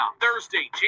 Thursday